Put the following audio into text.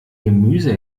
gemüse